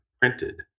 printed